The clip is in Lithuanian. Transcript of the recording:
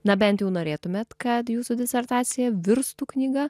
na bent jau norėtumėt kad jūsų disertacija virstų knyga